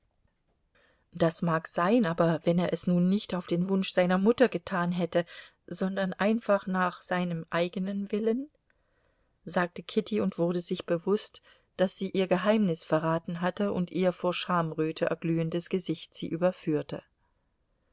das mag sein aber wenn er es nun nicht auf den wunsch seiner mutter getan hätte sondern einfach nach seinem eigenen willen sagte kitty und wurde sich bewußt daß sie ihr geheimnis verraten hatte und ihr vor schamröte erglühendes gesicht sie überführte